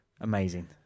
Amazing